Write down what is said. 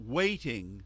waiting